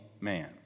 man